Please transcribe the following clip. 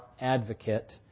advocate